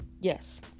Yes